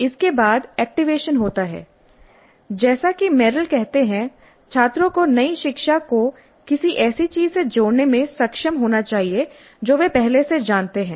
इसके बाद एक्टिवेशन होता है जैसा कि मेरिल कहते हैं छात्रों को नई शिक्षा को किसी ऐसी चीज से जोड़ने में सक्षम होना चाहिए जो वे पहले से जानते हैं